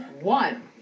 one